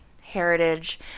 heritage